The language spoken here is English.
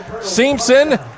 Simpson